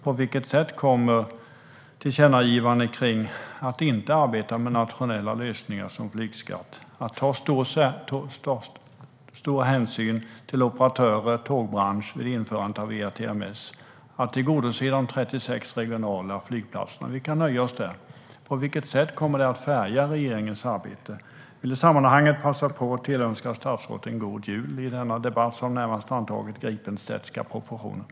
På vilket sätt kommer tillkännagivandena om att inte arbeta med nationella lösningar som flygskatt, att ta stor hänsyn till operatörer, tågbransch, vid införandet av ERTMS och att tillgodose de 36 regionala flygplatserna att påverka arbetet? Vi kan nöja oss med det. På vilket sätt kommer det att färga regeringens arbete? Jag vill i sammanhanget passa på att tillönska statsrådet en god jul i denna debatt som närmast antagit Gripenstedtska proportioner.